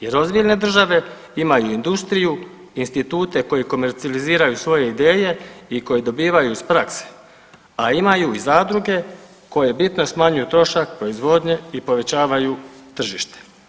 Jer ozbiljne države imaju industriju, institute koji komercijaliziraju svoje ideje i koje dobivaju iz prakse, a imaju i zadruge koje bitno smanjuju trošak proizvodnje i povećavaju tržište.